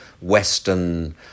Western